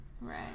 Right